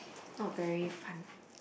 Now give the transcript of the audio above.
not very fun